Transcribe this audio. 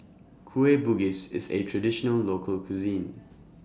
Kueh Bugis IS A Traditional Local Cuisine